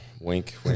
Wink